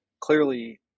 clearly